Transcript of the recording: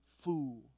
fool